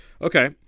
Okay